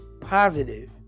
positive